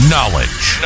Knowledge